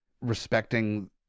respecting